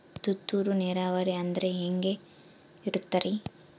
ತುಂತುರು ನೇರಾವರಿ ಅಂದ್ರೆ ಹೆಂಗೆ ಇರುತ್ತರಿ?